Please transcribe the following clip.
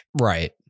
Right